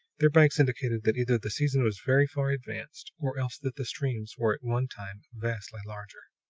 their banks indicated that either the season was very far advanced, or else that the streams were at one time vastly larger.